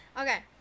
Okay